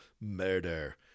murder